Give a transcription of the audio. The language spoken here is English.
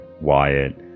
Wyatt